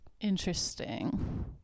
Interesting